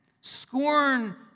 Scorn